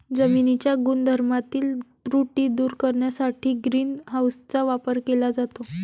जमिनीच्या गुणधर्मातील त्रुटी दूर करण्यासाठी ग्रीन हाऊसचा वापर केला जातो